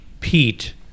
Pete